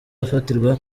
afatirwa